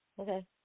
Okay